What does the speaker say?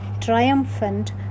triumphant